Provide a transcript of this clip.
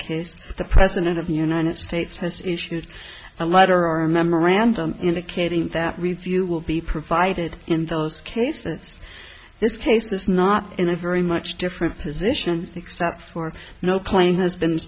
that the president of the united states has issued a letter or a memorandum indicating that review will be provided in those cases this case is not in a very much different position except for no plane has been